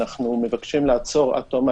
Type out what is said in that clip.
שאנחנו קוראים לו כאן בדיונים סעיף החיוניות,